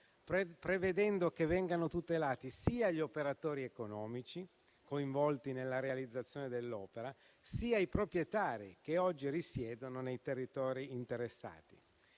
prevedendo che vengano tutelati sia gli operatori economici coinvolti nella realizzazione dell'opera, sia i proprietari che oggi risiedono nei territori interessati.